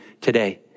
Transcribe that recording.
today